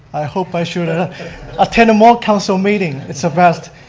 i hope i should ah attend more council meeting, it's the best.